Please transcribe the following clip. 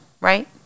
right